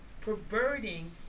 perverting